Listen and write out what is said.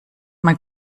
man